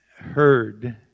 heard